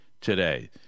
today